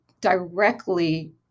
directly